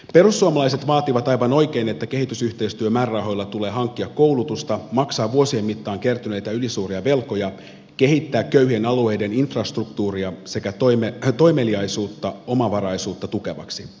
perussuomalaiset vaativat aivan oikein et tä kehitysyhteistyömäärärahoilla tulee hankkia koulutusta maksaa vuosien mittaan kertyneitä ylisuuria velkoja kehittää köyhien alueiden infrastruktuuria sekä toimeliaisuutta omavaraisuutta tukevaksi